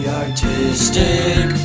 artistic